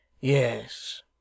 Yes